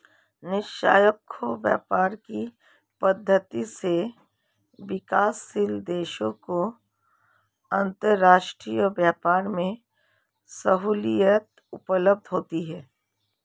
निष्पक्ष व्यापार की पद्धति से विकासशील देशों को अंतरराष्ट्रीय व्यापार में सहूलियत उपलब्ध होती है